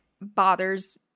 bothers